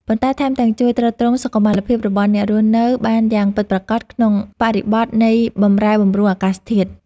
ប៉ុន្តែថែមទាំងជួយទ្រទ្រង់សុខុមាលភាពរបស់អ្នករស់នៅបានយ៉ាងពិតប្រាកដក្នុងបរិបទនៃបម្រែបម្រួលអាកាសធាតុ។